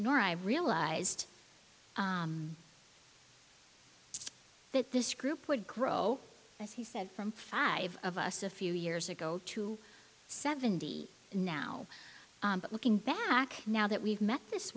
nor i realized that this group would grow as he said from five of us a few years ago to seventy now but looking back now that we've met this